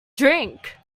drink